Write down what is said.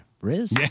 Riz